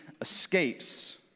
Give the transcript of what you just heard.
escapes